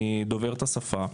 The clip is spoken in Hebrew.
אני דובר את השפה,